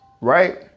right